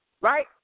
right